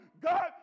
God